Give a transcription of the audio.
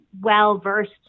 well-versed